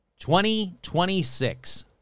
2026